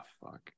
fuck